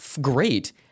great